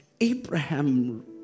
Abraham